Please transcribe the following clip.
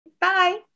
Bye